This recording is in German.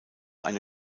eine